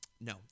no